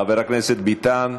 חבר הכנסת ביטן.